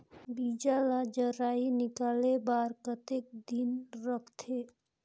बीजा ला जराई निकाले बार कतेक दिन रखथे?